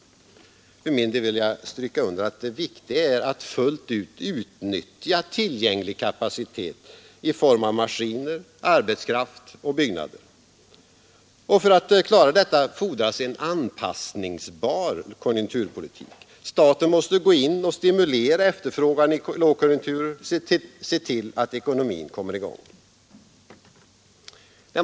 För min del vill jag stryka under att det viktiga är att fullt utnyttja tillgänglig kapacitet i form av maskiner, arbetskraft och byggnader. För att klara detta fordras en anpassningsbar konjunkturpolitik. Staten måste gå in och stimulera efterfrågan i lågkonjunkturer, se till att ekonomin kommer i gång.